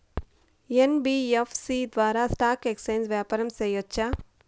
NBFC ద్వారా stock exchange వ్యాపారం సేయొచ్చా?